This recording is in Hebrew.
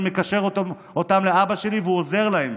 אני מקשר אותם לאבא שלי והוא עוזר להם,